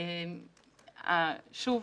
שוב,